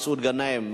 מסעוד גנאים,